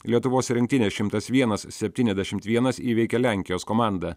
lietuvos rinktinė šimtas vienas septyniasdešimt vienas įveikė lenkijos komandą